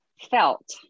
felt